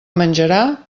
menjarà